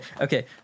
Okay